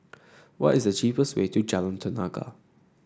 why is the cheapest way to Jalan Tenaga